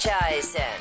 Eisen